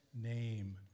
name